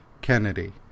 kennedy